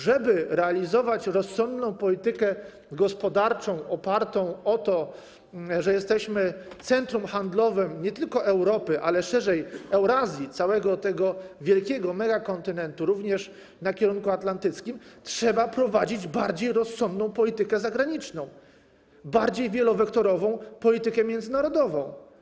Żeby realizować rozsądną politykę gospodarczą opartą na tym, że jesteśmy centrum handlowym nie tylko Europy, ale szerzej: Eurazji, całego tego wielkiego megakontynentu, również na kierunku atlantyckim, trzeba prowadzić bardziej rozsądną politykę zagraniczną, bardziej wielowektorową politykę międzynarodową.